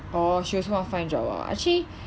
orh she also want to find job ah actually